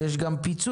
שיש גם פיצוי.